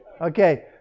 Okay